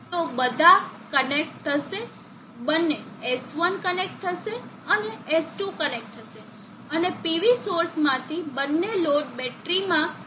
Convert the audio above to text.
તો બધા કનેક્ટ થશે બંને S1 કનેક્ટ થશે અને S2 કનેક્ટ થશે અને PV સોર્સમાંથી બંને લોડ બેટરીમાં કરંટ પ્રવાહ હશે